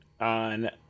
on